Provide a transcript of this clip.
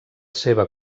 seva